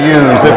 use